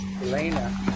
Elena